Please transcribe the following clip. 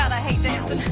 i hate dancin'.